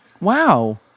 wow